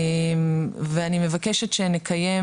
אני מבקשת שנקיים